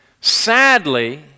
Sadly